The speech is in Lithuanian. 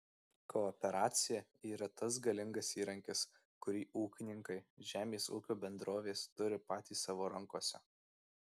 kooperacija yra tas galingas įrankis kurį ūkininkai žemės ūkio bendrovės turi patys savo rankose